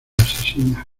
asesina